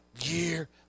year